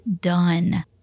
done